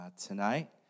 tonight